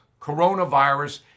coronavirus